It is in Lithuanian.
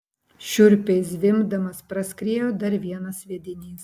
šiurpiai zvimbdamas praskriejo dar vienas sviedinys